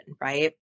Right